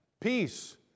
Peace